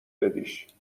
بدیش